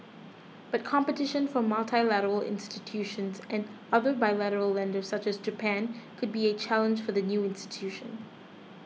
but competition from multilateral institutions and other bilateral lenders such as Japan could be a challenge for the new institution